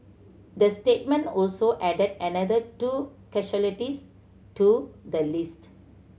the statement also added another two casualties to the list